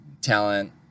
talent